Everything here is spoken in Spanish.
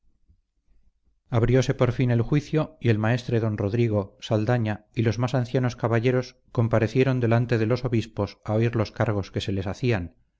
tocarle abrióse por fin el juicio y el maestre don rodrigo saldaña y los más ancianos caballeros comparecieron delante de los obispos a oír los cargos que se les hacían